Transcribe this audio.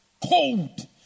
cold